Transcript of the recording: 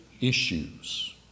issues